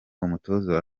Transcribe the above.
umutoza